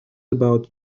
about